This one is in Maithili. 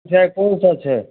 मिठाइ कोनसभ छै